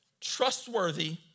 trustworthy